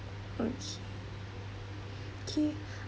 okay K